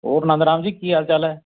ਹੋਰ ਨੰਦ ਰਾਮ ਜੀ ਕੀ ਹਾਲ ਚਾਲ ਹੈ